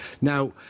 Now